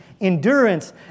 endurance